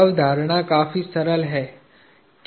अवधारणा काफी सरल है